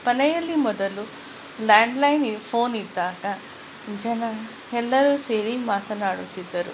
ಮನೆಯಲ್ಲಿ ಮೊದಲು ಲ್ಯಾಂಡ್ಲೈನ್ ಈ ಫೋನ್ ಇದ್ದಾಗ ಜನ ಎಲ್ಲರೂ ಸೇರಿ ಮಾತನಾಡುತ್ತಿದ್ದರು